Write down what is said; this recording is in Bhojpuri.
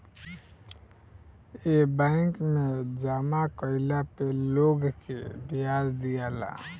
ए बैंक मे जामा कइला पे लोग के ब्याज दियाला